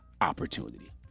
opportunity